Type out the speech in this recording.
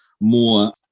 more